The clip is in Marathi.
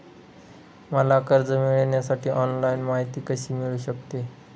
मला कर्ज मिळविण्यासाठी ऑनलाइन माहिती कशी मिळू शकते?